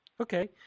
Okay